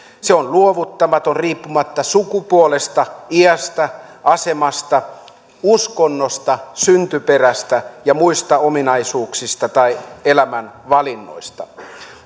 se on luovuttamaton riippumatta sukupuolesta iästä asemasta uskonnosta syntyperästä ja muista ominaisuuksista tai elämänvalinnoista